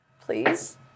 please